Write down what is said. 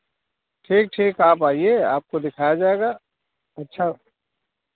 ठीक ठीक आप आइए आपको दिखाया जाएगा अच्छा